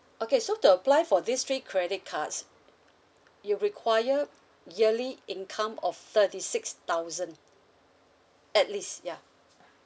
okay so to apply for this three credit cards you require yearly income of thirty six thousand at least ya